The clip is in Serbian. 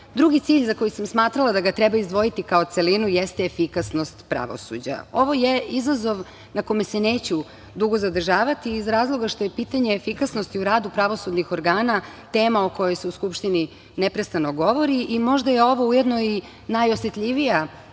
cilj, za koji sam smatrala da ga treba izdvojiti kao celinu, jeste efikasnost pravosuđa. Ovo je izazov na kome se neću dugo zadržavati iz razloga što je pitanje efikasnosti u radu pravosudnih organa tema o kojoj se u Skupštini neprestano govori i možda je ovo ujedno i najosetljivija